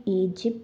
Egypt